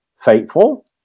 faithful